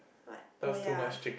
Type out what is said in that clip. what oh ya